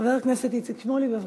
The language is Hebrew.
חבר הכנסת איציק שמולי, בבקשה.